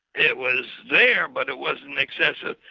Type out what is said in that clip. it was there, but it wasn't excessive,